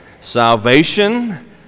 Salvation